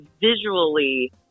visually